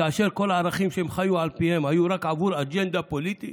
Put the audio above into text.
כאשר כל הערכים שהם חיו על פיהם היו רק עבור אג'נדה פוליטית